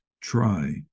try